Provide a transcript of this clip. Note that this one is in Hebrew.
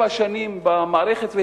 שבע שנים במערכת,